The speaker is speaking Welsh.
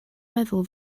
meddwl